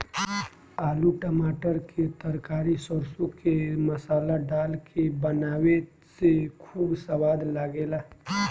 आलू टमाटर के तरकारी सरसों के मसाला डाल के बनावे से खूब सवाद लागेला